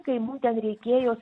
kai mum ten reikėjo